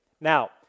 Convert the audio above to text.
Now